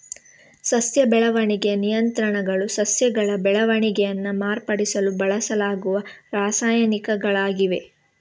ಸಸ್ಯ ಬೆಳವಣಿಗೆಯ ನಿಯಂತ್ರಕಗಳು ಸಸ್ಯಗಳ ಬೆಳವಣಿಗೆಯನ್ನ ಮಾರ್ಪಡಿಸಲು ಬಳಸಲಾಗುವ ರಾಸಾಯನಿಕಗಳಾಗಿವೆ